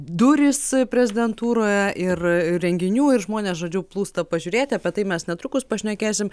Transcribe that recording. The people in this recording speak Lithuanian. durys prezidentūroje ir renginių ir žmonės žodžiu plūsta pažiūrėti apie tai mes netrukus pašnekėsim